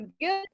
good